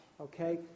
Okay